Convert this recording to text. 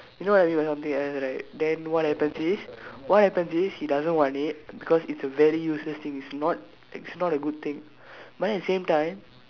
you know what I mean by something else right then what happens is what happens is he doesn't want it because it's a very useless thing it's not it's not a good thing but then at the same time